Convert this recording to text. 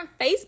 Facebook